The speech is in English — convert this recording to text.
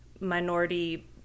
minority